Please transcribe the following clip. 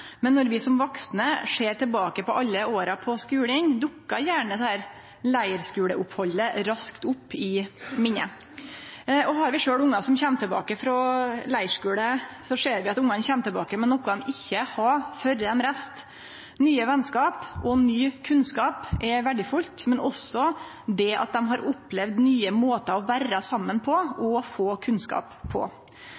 Men når vi som vaksne ser tilbake på alle åra på skulen, dukkar gjerne leirskuleopphaldet raskt opp i minnet. Og har vi sjølve ungar som kjem tilbake frå leirskule, ser vi at ungane kjem tilbake med noko dei ikkje hadde før dei reiste. Nye venskap og ny kunnskap er verdifullt, men også det at dei har opplevd nye måtar å vere saman på